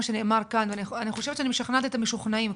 שנאמר כאן ואני חושבת שאני משכנעת את המשוכנעים.